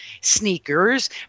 sneakers